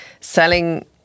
selling